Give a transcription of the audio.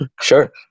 Sure